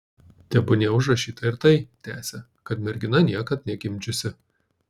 tebūnie užrašyta ir tai tęsė kad mergina niekad negimdžiusi